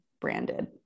branded